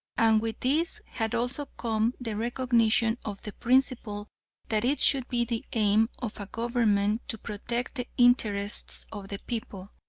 and with this had also come the recognition of the principle that it should be the aim of a government to protect the interests of the people,